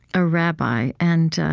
a rabbi. and